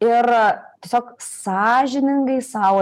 ir tiesiog sąžiningai sau